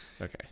Okay